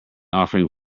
offering